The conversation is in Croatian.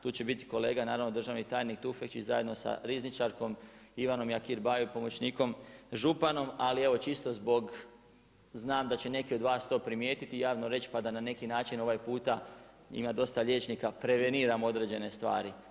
Tu će biti kolega naravno državni tajnik Tufekčić, zajedno sa rizničarkom Ivanom Jakir Bajo i pomoćnikom županom ali evo čisto zbog, znam da će neki od vas to primijetiti i javno reći pa da na neki način ovaj puta, ima dosta liječnika, preveniram određene stvari.